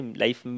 life